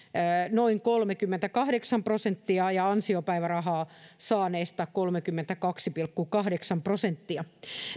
noin kolmekymmentäkahdeksan prosenttia ja ansiopäivärahaa saaneista kolmekymmentäkaksi pilkku kahdeksan prosenttia